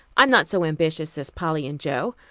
i'm not so ambitious as polly and jo.